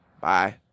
Bye